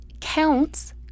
counts